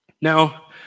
Now